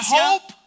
hope